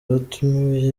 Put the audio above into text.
batumiwe